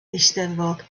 eisteddfod